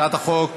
הצעת החוק